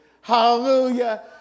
Hallelujah